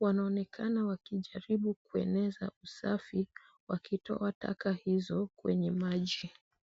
wanaonekana wakijaribu kueneza usafi wakitoa taka hizo kwenye maji.